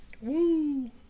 Woo